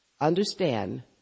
understand